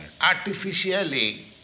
Artificially